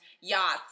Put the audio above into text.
yachts